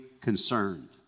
concerned